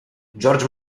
george